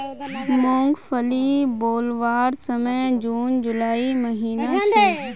मूंगफली बोवार समय जून जुलाईर महिना छे